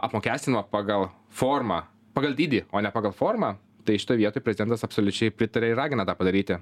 apmokestinimą pagal formą pagal dydį o ne pagal formą tai šitoj vietoj prezidentas absoliučiai pritaria ir ragina tą padaryti